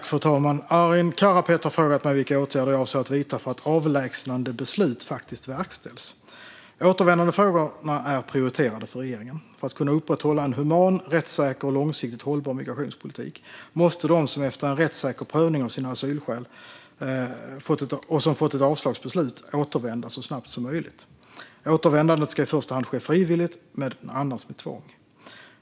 Fru talman! Arin Karapet har frågat mig vilka åtgärder jag avser att vidta för att avlägsnandebeslut faktiskt verkställs. Återvändandefrågorna är prioriterade för regeringen. För att kunna upprätthålla en human, rättssäker och långsiktigt hållbar migrationspolitik måste de som efter en rättssäker prövning av sina asylskäl fått ett avslagsbeslut återvända så snabbt som möjligt. Återvändandet ska i första hand ske frivilligt, annars med tvång.